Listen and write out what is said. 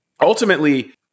ultimately